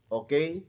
okay